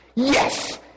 Yes